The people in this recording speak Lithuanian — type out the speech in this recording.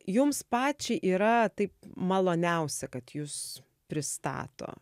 jums pačiai yra taip maloniausia kad jus pristato